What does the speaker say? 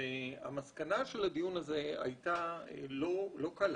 המסקנה של הדיון הזה הייתה לא קלה,